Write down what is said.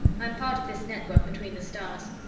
i'm part of this network between the stars,